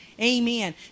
Amen